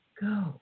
go